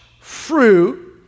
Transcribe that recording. fruit